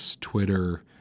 Twitter